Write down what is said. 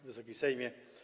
Wysoki Sejmie!